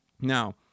Now